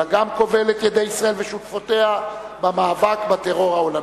אלא גם כובל את ידי ישראל ושותפותיה במאבק בטרור העולמי.